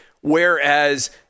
whereas